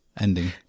ending